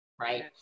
Right